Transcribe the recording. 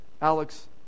Alex